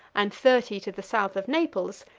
and thirty to the south of naples,